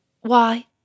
Why